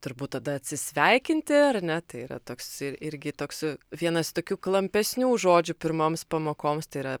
turbūt tada atsisveikinti ar ne tai yra toks ir irgi toks vienas tokių klampesnių žodžių pirmoms pamokoms tai yra